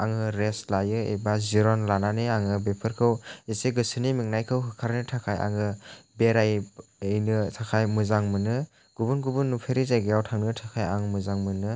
आङो रेस्ट लायो एबा जिर'न लानानै आङो बेफोरखौ एसे गोसोनि मेंनायखौ होखारनो थाखाय आङो बेराय हैनो थाखाय मोजां मोनो गुबुन गुबुन नुफेरै जायगायाव थांनो थाखाय आं मोजां मोनो